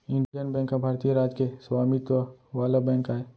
Indian bank ह भारतीय राज के स्वामित्व वाला बेंक आय